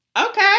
okay